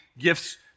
gifts